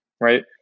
right